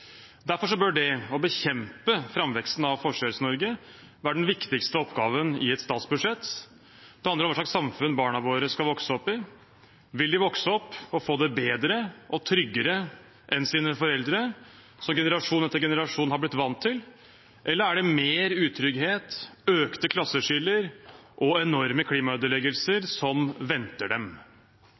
Derfor bør det å bekjempe framveksten av Forskjells-Norge være den viktigste oppgaven i et statsbudsjett. Det handler om hva slags samfunn barna våre skal vokse opp i. Vil de vokse opp og få det bedre og tryggere enn sine foreldre, som generasjon etter generasjon har blitt vant til, eller er det mer utrygghet, økte klasseskiller og enorme klimaødeleggelser som venter dem?